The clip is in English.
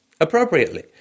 appropriately